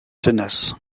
tenace